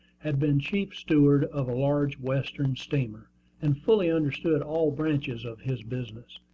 had been chief steward of a large western steamer and fully understood all branches of his business.